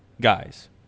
Guys